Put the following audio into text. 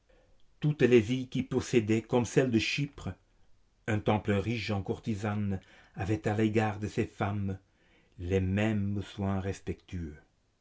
toutes les villes qui possédaient comme celles de chypre un temple riche en courtisanes avaient à l'égard de ces femmes les mêmes soins respectueux